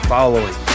Following